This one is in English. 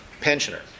pensioner